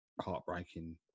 heartbreaking